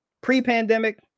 pre-pandemic